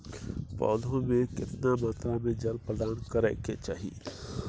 पौधों में केतना मात्रा में जल प्रदान करै के चाही?